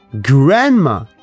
Grandma